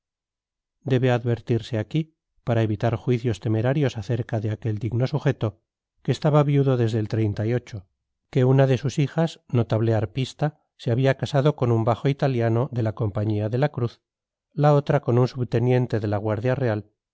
debe advertirse aquí para evitar juicios temerarios acerca de aquel digno sujeto que estaba viudo desde el que una de sus hijas notable arpista se había casado con un bajo italiano de la compañía de la cruz la otra con un subteniente de la guardia real